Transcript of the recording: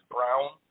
Brown